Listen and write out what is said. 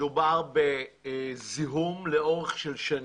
מדובר בזיהום לאורך של שנים,